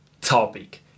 topic